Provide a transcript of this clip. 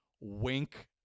wink